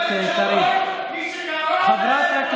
תודה רבה.